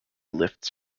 lifts